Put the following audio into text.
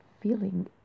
feeling